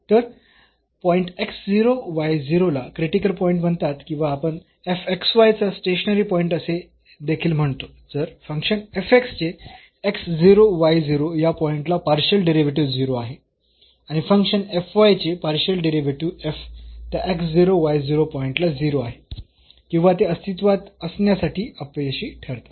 तर पॉईंट ला critical point म्हणतात किंवा आपण चा स्टेशनरी पॉईंट असे देखील म्हणतो जर फंक्शन चे या पॉईंटला पार्शियल डेरिव्हेटिव्ह 0 आहे आणि फंक्शन चे पार्शियल डेरिव्हेटिव्ह f त्या पॉईंटला 0 आहे किंवा ते अस्तित्वात असण्यासाठी अपयशी ठरतात